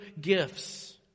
gifts